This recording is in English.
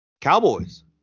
Cowboys